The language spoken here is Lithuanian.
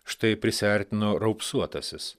štai prisiartino raupsuotasis